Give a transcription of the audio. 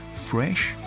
fresh